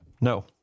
No